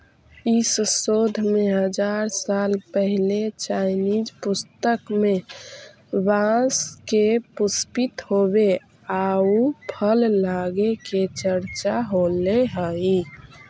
इस शोध में हजार साल पहिले चाइनीज पुस्तक में बाँस के पुष्पित होवे आउ फल लगे के चर्चा होले हइ